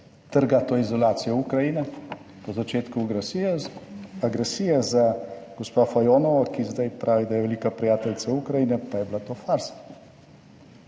trga to izolacijo Ukrajine po začetku agresije, agresije, za gospo Fajonovo, ki zdaj pravi, da je velika prijateljica Ukrajine, pa je bila to farsa.